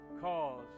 cause